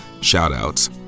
shout-outs